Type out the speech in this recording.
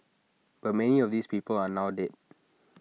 but many of these people are now dead